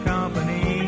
Company